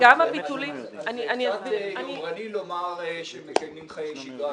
זה קצת יומרני לומר שמקיימים חיי שגרה.